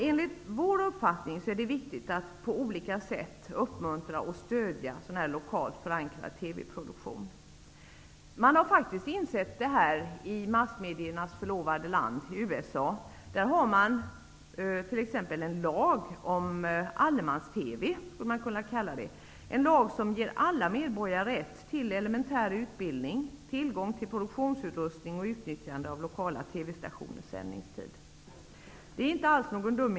Enligt vår uppfattning är det viktigt att på olika sätt uppmuntra och stödja sådan här lokalt förankrad TV-produktion. I massmediernas förlovade land, USA, har man faktiskt insett detta. I USA finns det nämligen t.ex. en lag om -- skulle man kunna säga -- allemans-TV. Denna lag ger alla medborgare rätt till elementär utbildning, tillgång till produktionsutrustning och utnyttjande av lokala TV-stationers sändningstid. Idén är alls inte dum.